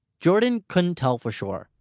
jordan couldn't tell for sure.